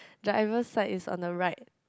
driver side is on the right